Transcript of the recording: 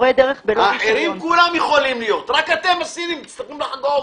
האחרים כולם יכולים, רק אתם הסינים, צריכים לחגוג.